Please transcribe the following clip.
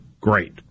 Great